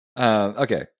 Okay